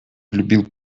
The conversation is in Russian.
любил